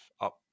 up